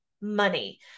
money